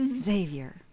Xavier